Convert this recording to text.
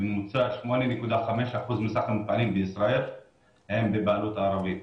בממוצע, 8.5% מסך המפעלים בישראל הם בבעלות ערבית.